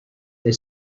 they